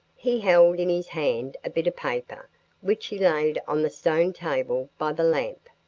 he held in his hand a bit of paper which he laid on the stone table by the lamp.